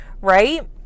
right